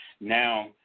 Now